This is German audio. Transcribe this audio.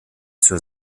zur